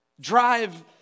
drive